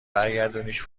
برگردونیش